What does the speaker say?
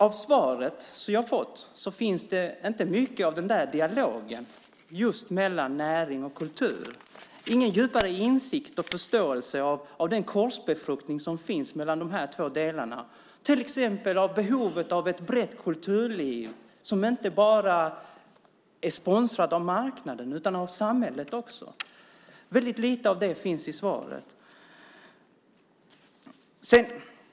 I svaret jag fått finns inte mycket av den dialogen mellan näring och kultur, ingen djupare insikt och förståelse för korsbefruktningen mellan de två delarna, till exempel behovet av ett brett kulturliv som inte är sponsrat bara av marknaden utan också av samhället. Väldigt lite av det finns i svaret.